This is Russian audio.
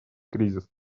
кризис